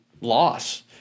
loss